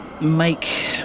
make